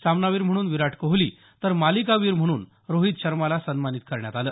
सामनावीर म्हणून विरोट कोहली तर मालिकावीर म्हणून रोहित शर्माला सन्मानित करण्यात आलं